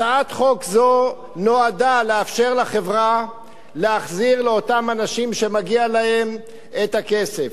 הצעת חוק זו נועדה לאפשר לחברה להחזיר לאותם אנשים שמגיע להם את הכסף.